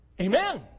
Amen